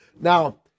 Now